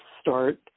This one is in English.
start